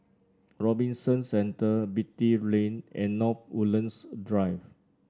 Robinson Centre Beatty Lane and North Woodlands Drive